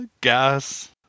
gas